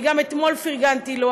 אני גם אתמול פרגנתי לו,